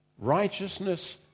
Righteousness